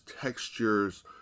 textures